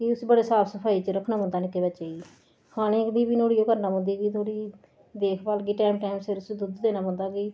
कि उसी बड़े साफ सफाई च रक्खना पौंदा निक्के बच्चे गी खाने गी बी नुआढ़ी ओह् करना पौंदी नुआढ़ी देखभाल टैम टैम सिर उसी दुद्ध देना पौंदा